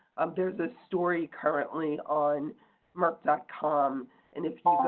there's a story currently on merck dot com and if